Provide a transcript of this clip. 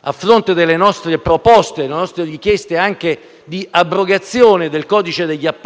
a fronte delle nostre proposte e delle nostre richieste anche di abrogazione del codice degli appalti,